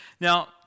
Now